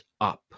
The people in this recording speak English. up